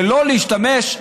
ולא להשתמש,